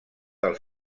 del